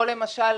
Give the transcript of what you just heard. או למשל